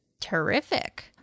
terrific